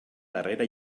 darrera